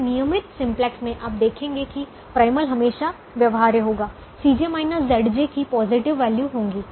एक नियमित सिंप्लेक्स में आप देखेंगे कि प्राइमल हमेशा व्यवहार्य होगा की पॉजिटिव वैल्यू होंगी